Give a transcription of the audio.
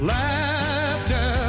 laughter